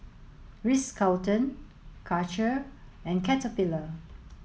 Ritz Carlton Karcher and Caterpillar